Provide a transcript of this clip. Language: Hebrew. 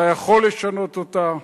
אתה יכול לשנות אותה,